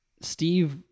steve